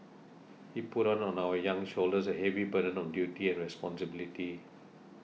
he put on our young shoulders a heavy burden of duty and responsibility